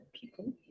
people